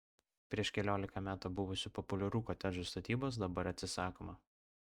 prieš keliolika metų buvusių populiarių kotedžų statybos dabar atsisakoma